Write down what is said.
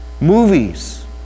movies